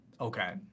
Okay